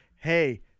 hey